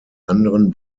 anderen